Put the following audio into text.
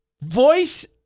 voice